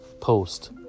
post